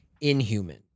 inhuman